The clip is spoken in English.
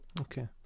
Okay